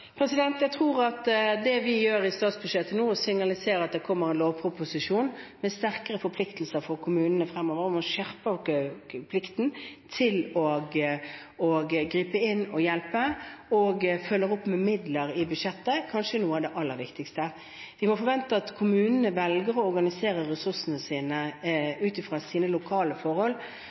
Jeg tror at det vi gjør i statsbudsjettet nå, å signalisere at det kommer en lovproposisjon med sterkere forpliktelser for kommunene fremover om å skjerpe plikten til å gripe inn og hjelpe, og følger opp med midler i budsjettet, kanskje er noe av det aller viktigste. Vi må forvente at kommunene velger å organisere ressursene sine ut fra lokale forhold,